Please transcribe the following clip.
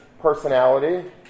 personality